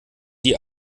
die